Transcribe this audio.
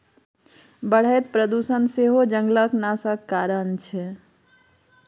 बढ़ैत प्रदुषण सेहो जंगलक नाशक कारण छै